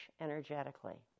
energetically